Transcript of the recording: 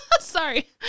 Sorry